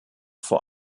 vor